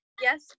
Yes